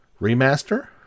remaster